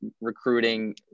recruiting